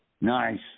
Nice